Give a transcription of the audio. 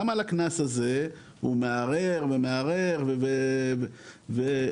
גם על הקנס הזה הוא מערער ומערער ויש